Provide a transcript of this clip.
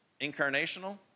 incarnational